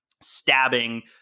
stabbing